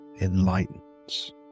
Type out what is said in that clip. enlightens